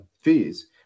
fees